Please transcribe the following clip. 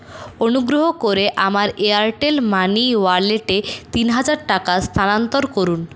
অনুগ্রহ করে আমার এয়ারটেল মানি ওয়ালেটে তিন হাজার টাকা স্থানান্তর করুন